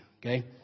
okay